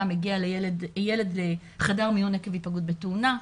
מגיע ילד לחדר מיון עקב היפגעות בתאונה,